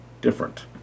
different